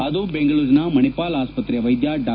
ಅದು ಬೆಂಗಳೂರಿನ ಮಣಿಪಾಲ್ ಆಸ್ಟತ್ರೆಯ ವೈದ್ಯ ಡಾ